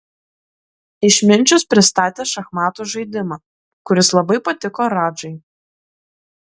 išminčius pristatė šachmatų žaidimą kuris labai patiko radžai